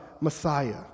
Messiah